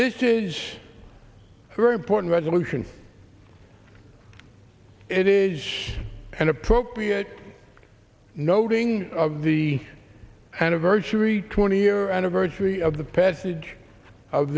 this is a very important resolution it is an appropriate noting of the anniversary twenty year anniversary of the passage of